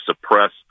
suppress